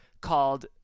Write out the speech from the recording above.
called